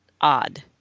odd